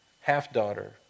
half-daughter